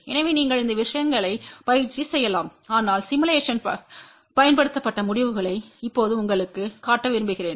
எனவே நீங்கள் இந்த விஷயங்களைப் பயிற்சி செய்யலாம் ஆனால் சிமுலேஷன் படுத்தப்பட்ட முடிவுகளை இப்போது உங்களுக்குக் காட்ட விரும்புகிறேன்